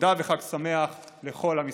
תודה וחג שמח לכל עם ישראל.